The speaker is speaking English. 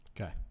Okay